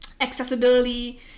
accessibility